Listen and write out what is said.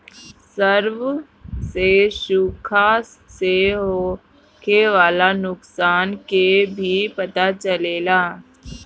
survey से सुखा से होखे वाला नुकसान के भी पता चलेला